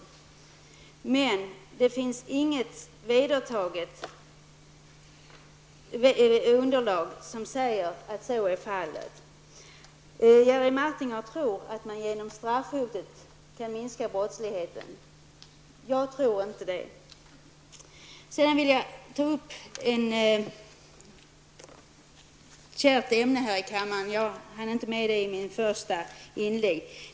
Men det finns inget vedertaget underlag som säger att så skulle vara fallet. Jerry Martinger tror att brottsligheten kan minskas genom detta med straffhot. Det tror inte jag. Sedan skall jag beröra något som är ett kärt ämne här i kammaren och som jag inte hann ta upp i mitt första inlägg.